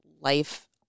life